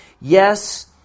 Yes